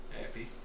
happy